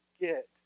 get